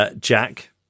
Jack